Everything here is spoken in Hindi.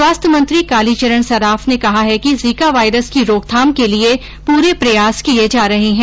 स्वास्थ्य मंत्री कालीचरण सराफ ने कहा है कि जीका वाइरस की रोकथाम के लिए पूरे प्रयास किए जा रहे हैं